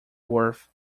worth